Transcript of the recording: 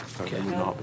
okay